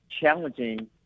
challenging